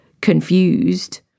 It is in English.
confused